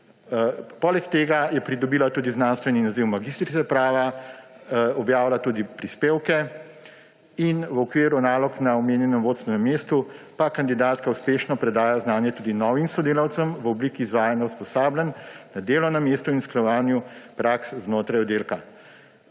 Poleg tega je pridobila tudi znanstveni naziv magistrice prava, objavlja tudi prispevke in v okviru nalog na omenjenem vodstvenem mestu pa kandidatka uspešno predaja znanje tudi novim sodelavcem v obliki izvajanja usposabljanj na delovnem mestu in usklajevanju praks znotraj oddelka.